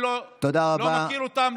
אני לא מכיר אותם,